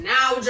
Now